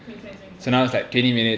makes sense makes sense ya